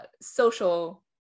social